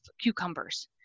cucumbers